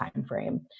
timeframe